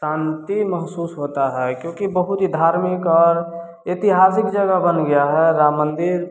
शान्ति महसूस होता है क्योंकि बहुत ही धार्मिक और ऐतिहासिक जगह बन गया है राम मंदिर